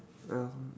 (uh huh)